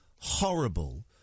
horrible